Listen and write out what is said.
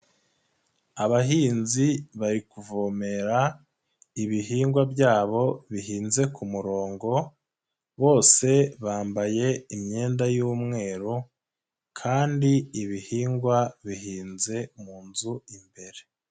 Abahinzi bari kuvomera ibihingwa byabo bihinze kumurongo, bose bambaye imyenda y'umweru kandi ibihingwa bihinze mu nzu imbere.